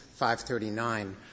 539